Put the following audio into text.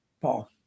Paul